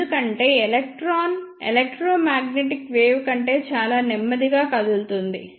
ఎందుకంటే electron electromagnetic wave కంటే చాలా నెమ్మదిగా కదులుతుంది